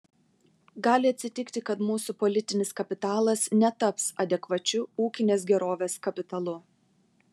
gali atsitikti kad mūsų politinis kapitalas netaps adekvačiu ūkinės gerovės kapitalu